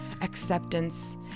acceptance